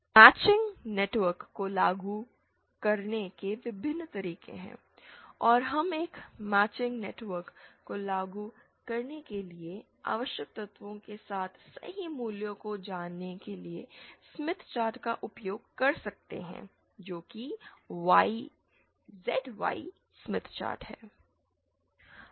matching network को लागू करने के विभिन्न तरीके हैं और हम एक मैचिंग नेटवर्क को लागू करने के लिए आवश्यक तत्वों के सही मूल्यों को जानने के लिए स्मिथ चार्ट का उपयोग कर सकते हैं जो कि ZY स्मिथ चार्ट है